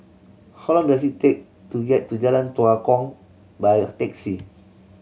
how long does it take to get to Jalan Tua Kong by taxi